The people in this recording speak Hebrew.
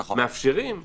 אלא מאפשרים.